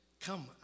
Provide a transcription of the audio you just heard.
Come